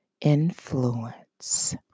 influence